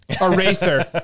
Eraser